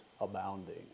abounding